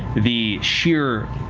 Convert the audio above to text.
the sheer